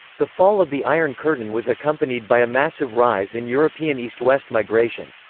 the fall of the iron curtain was accompanied by a massive rise in european east-west migration.